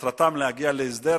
שמטרתן להגיע להסדר.